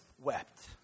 wept